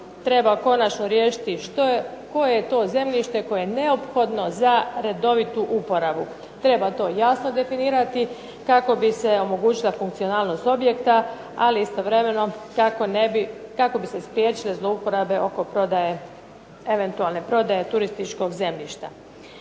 treba konačno riješiti koje je to zemljište koje je neophodno za redovitu uporabu. Treba to jasno definirati kako bi se omogućila funkcionalnost objekta ali istovremeno kako bi se spriječile zlouporabe oko eventualne prodaje turističkog zemljišta.